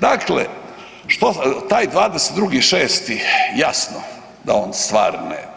Dakle, taj 22.6. jasno da on stvarne